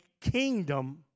kingdom